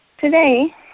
today